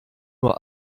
nur